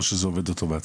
או שזה עובד אוטומטית?